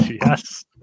Yes